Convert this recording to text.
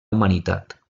humanitat